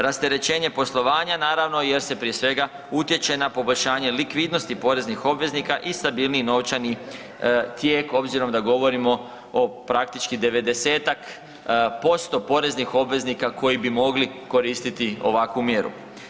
Rasterećenje poslovanja naravno jer se prije svega utječe na poboljšanje likvidnosti poreznih obveznika i stabilniji novčani tijek obzirom da govorimo o praktički 90-ak posto poreznih obveznika koji bi mogli koristiti ovakvu mjeru.